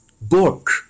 book